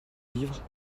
livres